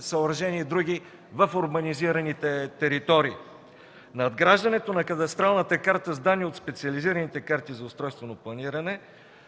съоръжения и други в урбанизираните територии. Надграждането на кадастралната карта с данни от специализираните карти за устройствено планиране